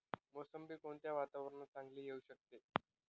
मोसंबी कोणत्या वातावरणात चांगली येऊ शकते?